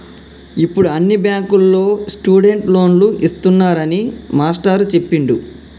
ఇప్పుడు అన్ని బ్యాంకుల్లో స్టూడెంట్ లోన్లు ఇస్తున్నారని మాస్టారు చెప్పిండు